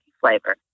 flavor